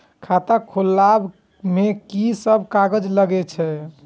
खाता खोलाअब में की सब कागज लगे छै?